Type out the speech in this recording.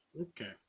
okay